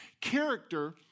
Character